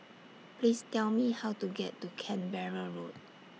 Please Tell Me How to get to Canberra Road